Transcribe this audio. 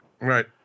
Right